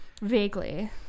Vaguely